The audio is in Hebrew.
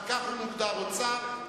וכך הוא מוגדר: אוצר.